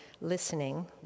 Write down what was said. listening